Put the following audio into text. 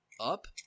up